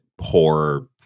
horror